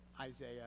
Isaiah